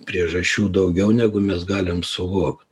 priežasčių daugiau negu mes galim suvokt